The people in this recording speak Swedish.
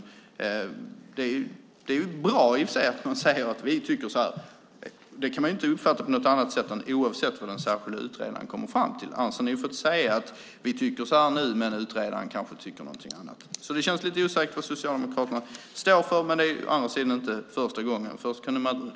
I och för sig är det bra att säga vad man tycker. Det kan inte - oavsett vad den särskilda utredaren kommer fram till - uppfattas på annat sätt än att ni säger: Vi tycker så här nu, men utredaren tycker kanske någonting annat. Det känns alltså lite osäkert vad Socialdemokraterna står för. Å andra sidan är det inte första gången det är så.